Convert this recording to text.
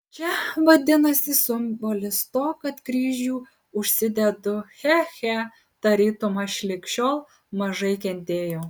čia vadinasi simbolis to kad kryžių užsidedu che che tarytum aš lig šiol mažai kentėjau